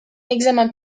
examen